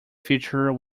future